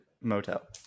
motel